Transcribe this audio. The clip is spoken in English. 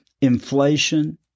inflation